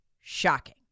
shocking